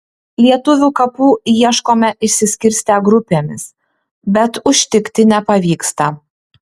lietuvių kapų ieškome išsiskirstę grupėmis bet užtikti nepavyksta